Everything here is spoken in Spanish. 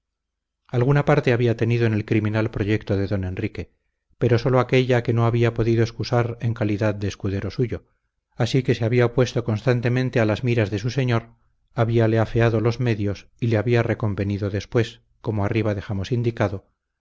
alguna parte había tenido en el criminal proyecto de don enrique pero sólo aquélla que no había podido excusar en calidad de escudero suyo así que se había opuesto constantemente a las miras de su señor habíale afeado los medios y le había reconvenido después como arriba dejamos indicado